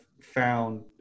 found